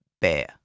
bear